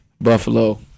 Buffalo